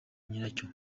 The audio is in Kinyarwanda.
nyiracyo